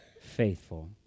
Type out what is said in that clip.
faithful